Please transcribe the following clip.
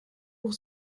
pour